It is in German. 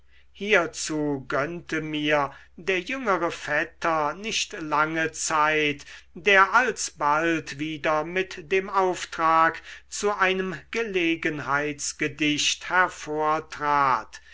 hierzu gönnte mir der jüngere vetter nicht lange zeit der alsbald wieder mit dem auftrag zu einem gelegenheitsgedicht hervortrat